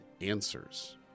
answers